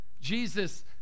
Jesus